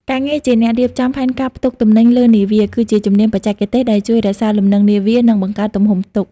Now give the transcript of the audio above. ការងារជាអ្នករៀបចំផែនការផ្ទុកទំនិញលើនាវា គឺជាជំនាញបច្ចេកទេសដែលជួយរក្សាលំនឹងនាវា និងបង្កើនទំហំផ្ទុក។